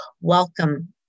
welcome